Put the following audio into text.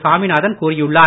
சாமிநாதன் கூறியுள்ளார்